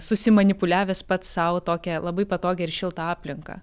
susimanipuliavęs pats sau tokią labai patogią ir šiltą aplinką